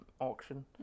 auction